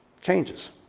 changes